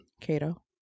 Cato